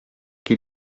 qui